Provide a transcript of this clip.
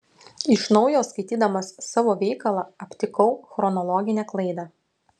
iš naujo skaitydamas savo veikalą aptikau chronologinę klaidą